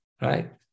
right